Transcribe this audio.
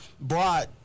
Brought